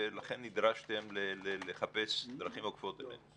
ולכן נדרשתם לחפש דרכים עוקפות אליהם.